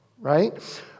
right